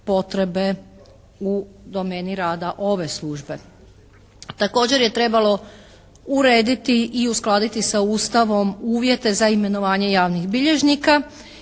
potrebe u domeni rada ove službe. Također je trebalo urediti i uskladiti sa Ustavom uvjete za imenovanje javnih bilježnika